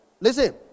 Listen